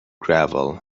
gravel